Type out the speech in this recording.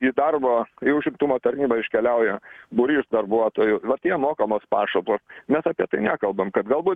į darbo į užimtumo tarnybą iškeliauja būrys darbuotojų vat jiem mokamos pašalpos mes apie tai nekalbam kad galbūt